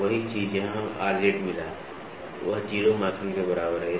तो वही चीज़ जहाँ हमें Rz मिला वह 0 माइक्रोन के बराबर है